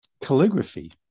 calligraphy